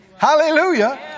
Hallelujah